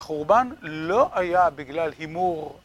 ‫חורבן לא היה בגלל הימור.